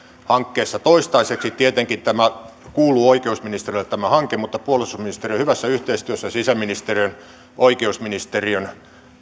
hankkeessa toistaiseksi tietenkin tämä hanke kuuluu oikeusministeriölle mutta puolustusministeriö hyvässä yhteistyössä sisäministeriön oikeusministeriön